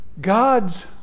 God's